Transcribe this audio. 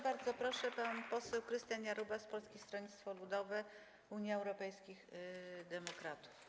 Bardzo proszę, pan poseł Krystian Jarubas, Polskie Stronnictwo Ludowe - Unia Europejskich Demokratów.